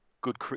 good